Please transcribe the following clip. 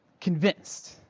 convinced